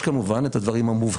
יש כמובן את הדברים המובהקים,